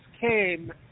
came